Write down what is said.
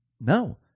No